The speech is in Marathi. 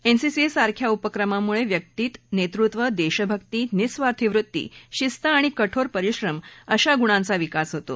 एनसीसी सारख्या उपक्रमामुळे व्यक्तीत नेतृत्व देशभक्ती निस्वार्थीवृत्ती शिस्त आणि कठोर परिश्रम अशा गुणांचा विकास होतो